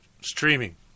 streaming